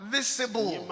Visible